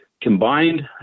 Combined